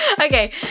Okay